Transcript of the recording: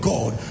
God